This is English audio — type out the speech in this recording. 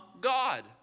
God